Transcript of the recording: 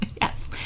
yes